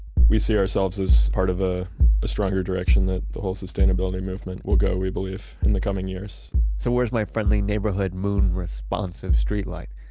we see ourselves as part of ah a strong direction, that the whole sustainability movement will go, we believe, in the coming years so where's my friendly neighborhood moon-responsive streetlight?